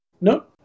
no